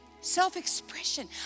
self-expression